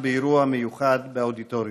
השונות וגם באירוע מיוחד באודיטוריום.